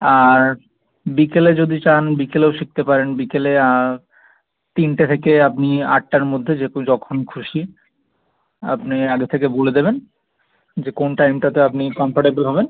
আর বিকেলে যদি চান বিকেলেও শিখতে পারেন বিকেলে তিনটে থেকে আপনি আটটার মধ্যে যেকোনো যখন খুশি আপনি আগে থেকে বলে দেবেন যে কোন টাইমটাতে আপনি কমফোর্টেবল হবেন